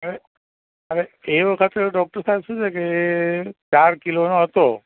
હવે હવે એ વખત ડોક્ટર સાહેબ શું છે કે ચાર કિલોનો હતો